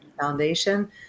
Foundation